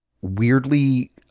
weirdly